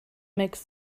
makes